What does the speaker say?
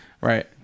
right